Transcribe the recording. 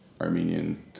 Armenian